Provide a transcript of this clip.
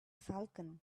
falcon